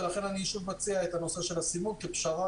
ולכן אני שוב מציע את הנושא של הסימון כפשרה